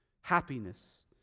happiness